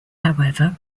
however